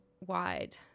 Wide